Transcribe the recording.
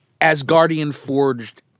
Asgardian-forged